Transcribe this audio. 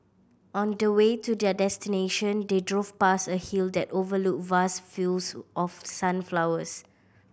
on the way to their destination they drove past a hill that overlooked vast fields of sunflowers